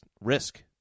Risk